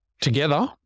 together